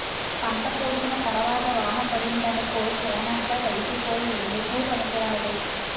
పంట కోసిన తరవాత వాన పడిందనుకో సేనంతా తడిసిపోయి ఎందుకూ పనికిరాదు